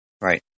Right